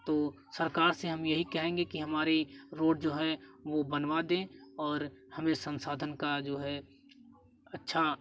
तो सरकार से हम यही कहेंगे कि हमारे रोड जो है वो बनवा दें और हमें संसाधन का जो है अच्छा